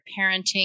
parenting